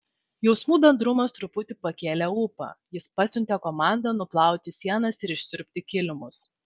jausmų bendrumas truputį pakėlė ūpą jis pasiuntė komandą nuplauti sienas ir išsiurbti kilimus